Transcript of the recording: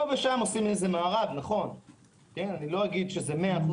פה ושם עושים מארב, לא 100%,